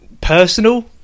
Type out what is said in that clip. personal